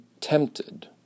tempted